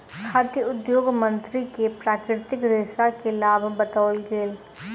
खाद्य उद्योग मंत्री के प्राकृतिक रेशा के लाभ बतौल गेल